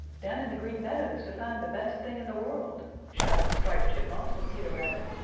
down in the green meadows to find the best thing in the world! shouted striped chipmunk and peter rabbit,